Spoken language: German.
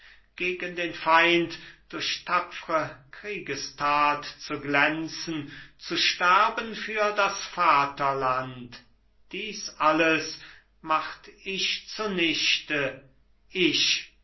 gegen den feind durch tapfre kriegesthat zu glänzen zu sterben für das vaterland dies alles macht ich zu nichte ich